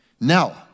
now